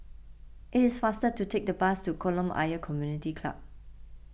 it is faster to take the bus to Kolam Ayer Community Club